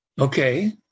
Okay